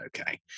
okay